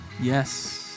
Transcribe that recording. Yes